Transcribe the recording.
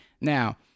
Now